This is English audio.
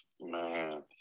man